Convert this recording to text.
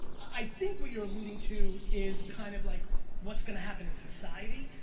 i think what you're alluding to is kind of like what's gonna happen in society?